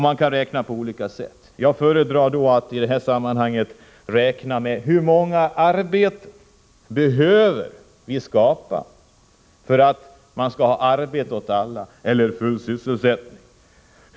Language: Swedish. Man kan räkna på olika sätt. Jag föredrar att räkna med hur många arbeten som vi behöver skapa för att vi skall ha arbete åt alla eller full sysselsättning.